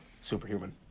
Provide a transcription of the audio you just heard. Superhuman